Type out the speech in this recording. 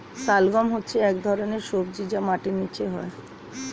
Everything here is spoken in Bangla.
শালগ্রাম হচ্ছে এক ধরনের সবজি যা মাটির নিচে হয়